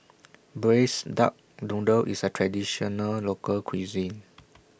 Braised Duck Noodle IS A Traditional Local Cuisine